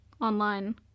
online